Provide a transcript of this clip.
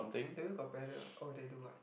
maybe got paddle [one] they do ah